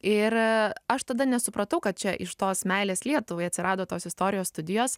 ir aš tada nesupratau kad čia iš tos meilės lietuvai atsirado tos istorijos studijos